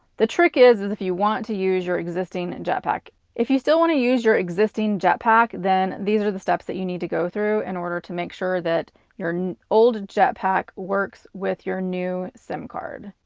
the trick is, is if you want to use your existing and jetpack. if you still wanna use your existing jetpack, then these are the steps that you need to go through in order to make sure that your old jetpack works with your new sim card.